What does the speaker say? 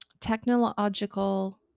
technological